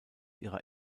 ihrer